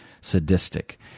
sadistic